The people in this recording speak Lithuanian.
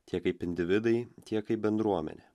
tiek kaip individai tiek kaip bendruomenė